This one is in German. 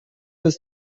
ist